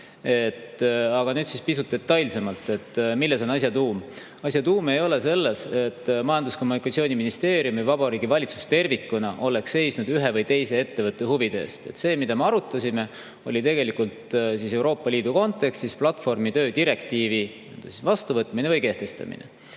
nüüd pisut detailsemalt. Milles on asja tuum? Asja tuum ei ole selles, et Majandus- ja Kommunikatsiooniministeerium või Vabariigi Valitsus tervikuna oleks seisnud ühe või teise ettevõtte huvide eest. See, mida me arutasime, oli tegelikult Euroopa Liidu kontekstis platvormitöö direktiivi vastuvõtmine ehk kehtestamine.